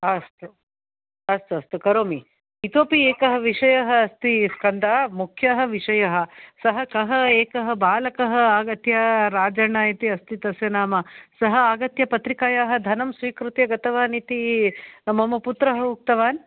अस्तु अस्तु अस्तु करोमि इतोपि एक विषय अस्ति स्कन्द मुख्यः विषय स क एक बालक आगत्य राजन अस्ति तस्य नाम स आगत्य पत्रिकाया धनं स्वीकृत्य गतवान् इति मम पुत्र उक्तवान्